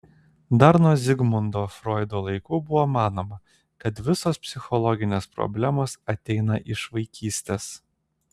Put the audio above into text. dar nuo zigmundo froido laikų buvo manoma kad visos psichologinės problemos ateina iš vaikystės